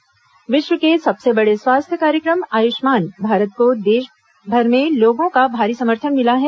आयुष्मान भारत विश्व के सबसे बड़े स्वास्थ्य कार्यक्रम आयुष्मान भारत को देशभर में लोगों का भारी समर्थन मिला है